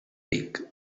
vic